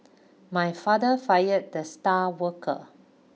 my father fired the star worker